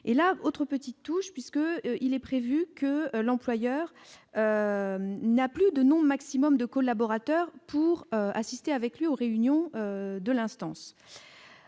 et là autre petite touche puisque il est prévu que l'employeur n'a plus de non-maximum de collaborateurs pour assister avec lui aux réunions de l'instance